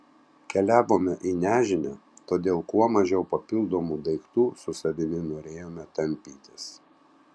keliavome į nežinią todėl kuo mažiau papildomų daiktų su savimi norėjome tampytis